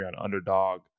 underdog